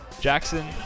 Jackson